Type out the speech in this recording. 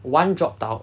one dropped out